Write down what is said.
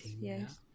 Yes